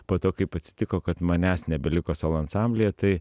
po to kaip atsitiko kad manęs nebeliko solo ansamblyje tai